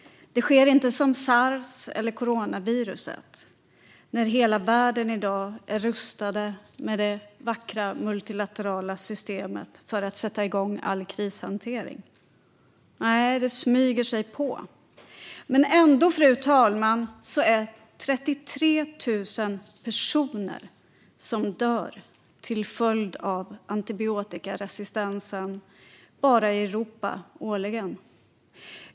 Det sker inte som med sars eller coronaviruset - hela världen är i dag rustad med det vackra multilaterala systemet för att sätta igång all krishantering. Nej, det smyger sig på. Men, fru talman, det är 33 000 personer årligen som dör bara i Europa till följd av antibiotikaresistens.